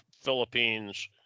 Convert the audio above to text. Philippines